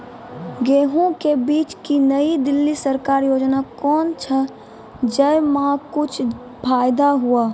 गेहूँ के बीज की नई दिल्ली सरकारी योजना कोन छ जय मां कुछ फायदा हुआ?